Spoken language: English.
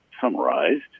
summarized